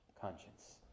conscience